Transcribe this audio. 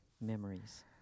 memories